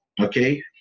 okay